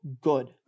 good